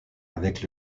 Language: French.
avec